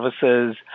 services